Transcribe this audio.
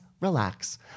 relax